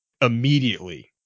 immediately